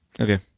Okay